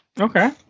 Okay